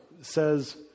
says